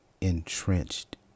entrenched